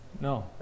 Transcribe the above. No